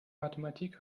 mathematik